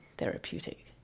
Therapeutic